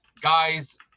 guys